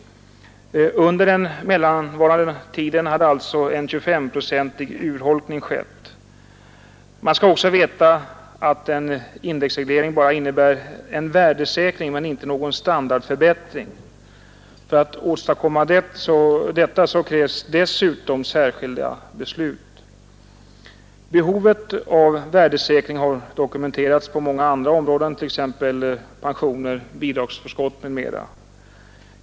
Under den mellanvarande tiden hade alltså en 25-procentig urholkning skett. Man skall också veta att en indexreglering bara innebär en värdesäkring men inte någon standardförbättring. För att åstadkomma en sådan krävs dessutom särskilda beslut. Behovet av värdesäkringen har dokumenterats på många områden, t.ex. för pensioner, bidragsförskott m.m.